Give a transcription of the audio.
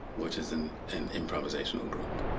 which is an an improvisational group.